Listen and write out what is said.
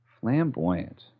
Flamboyant